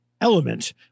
element